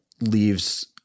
leaves